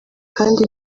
kandi